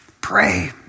pray